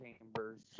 chambers